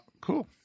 cool